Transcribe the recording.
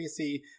PC